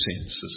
senses